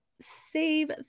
save